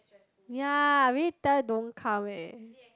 ya I really tell don't come eh